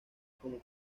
como